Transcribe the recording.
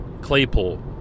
Claypool